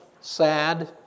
sad